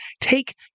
take